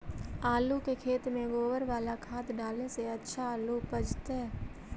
आलु के खेत में गोबर बाला खाद डाले से अच्छा आलु उपजतै?